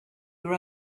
your